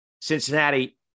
Cincinnati